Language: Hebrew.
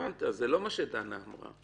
זה לא מה שדנה אמרה.